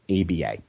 ABA